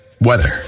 weather